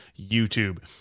YouTube